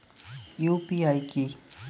UPI কি?